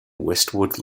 westwood